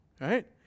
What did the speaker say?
Right